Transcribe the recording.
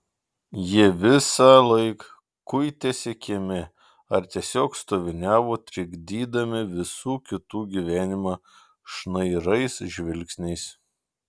jie visąlaik kuitėsi kieme ar tiesiog stoviniavo trikdydami visų kitų gyvenimą šnairais žvilgsniais